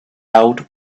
out